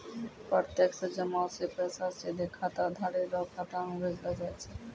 प्रत्यक्ष जमा से पैसा सीधे खाताधारी रो खाता मे भेजलो जाय छै